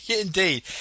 Indeed